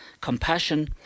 compassion